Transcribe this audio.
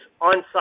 on-site